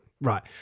right